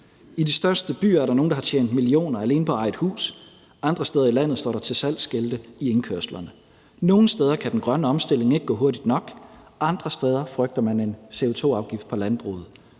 er der nogle, der har tjent millioner alene på at eje et hus; andre steder i landet står der til salg-skilte i indkørslerne. Nogle steder kan den grønne omstilling ikke gå hurtigt nok; andre steder frygter man en CO2-afgift på landbruget.